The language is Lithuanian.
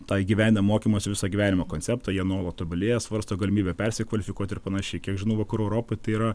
tą įgyvendina mokymosi visą gyvenimą konceptą jie nuolat tobulėja svarsto galimybę persikvalifikuoti ir panašiai kiek žinau vakarų europoj tai yra